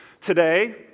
Today